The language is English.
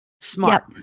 Smart